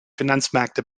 finanzmärkte